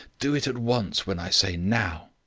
do it at once when i say now.